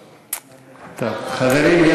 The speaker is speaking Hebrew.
חברים,